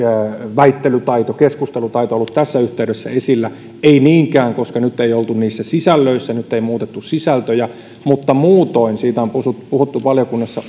väittelytaito keskustelutaito ollut tässä yhteydessä esillä ei niinkään koska nyt ei oltu niissä sisällöissä nyt ei muutettu sisältöjä mutta muutoin siitä on puhuttu valiokunnassa